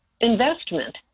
investment